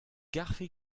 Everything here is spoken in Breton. garfe